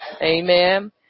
Amen